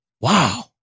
wow